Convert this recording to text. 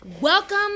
welcome